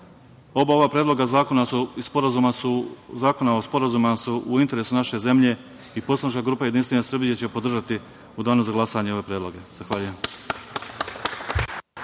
ova predloga zakona i sporazuma su u interesu naše zemlje i poslanička grupa JS će podržati u danu za glasanje ove predloge. Zahvaljujem.